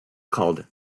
called